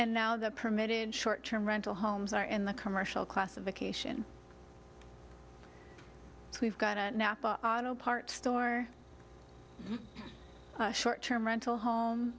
and now the permitted short term rental homes are in the commercial classification we've got a napa auto parts store short term rental home